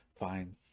fine